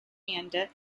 panda